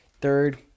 Third